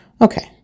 Okay